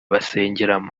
basengeramo